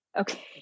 Okay